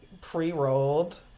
pre-rolled